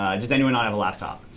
ah does anyone not have a laptop?